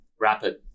rapid